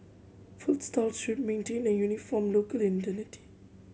food stalls should maintain a uniform local identity